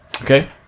Okay